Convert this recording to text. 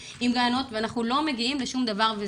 וגננות והורים ואנחנו לא מגיעים לשום דבר.